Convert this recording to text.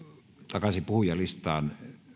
takaisin puhujalistaan